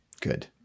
good